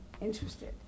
interested